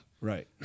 Right